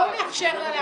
בואו נאפשר לה להמשיך.